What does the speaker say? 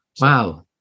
Wow